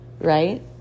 right